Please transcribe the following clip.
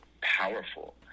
powerful